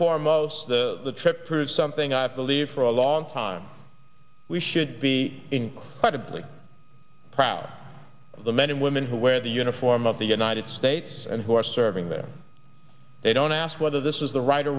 foremost the trip through something i believe for a long time we should be incredibly proud of the men and women who wear the uniform of the united states and who are serving there they don't ask whether this is the right or